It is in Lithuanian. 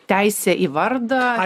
teisė į vardą